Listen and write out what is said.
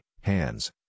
hands